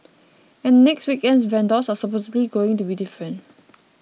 and the next weekend's vendors are supposedly going to be different